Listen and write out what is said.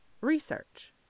research